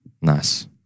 Nice